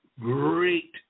great